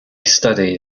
studied